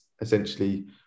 essentially